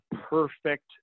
perfect